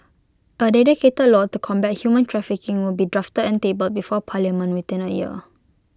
A dedicated law to combat human trafficking will be drafted and tabled before parliament within A year